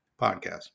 podcast